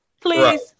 Please